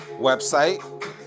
website